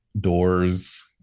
doors